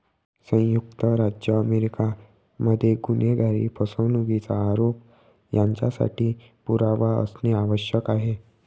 संयुक्त राज्य अमेरिका मध्ये गुन्हेगारी, फसवणुकीचा आरोप यांच्यासाठी पुरावा असणे आवश्यक आहे